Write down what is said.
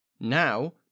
Now